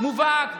מובהק.